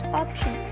option